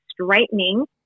straightening